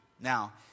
Now